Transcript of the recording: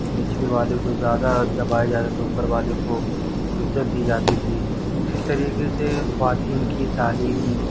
نچلے والے کو زیادہ دبایا جاتا تھا اوپر والے کو عزت دی جاتی تھی اسی طریقے سے خواتین کی تعلیم